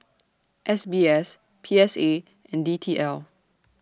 S B S P S A and D T L